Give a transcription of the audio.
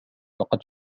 لقد